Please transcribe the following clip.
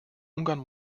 ungarn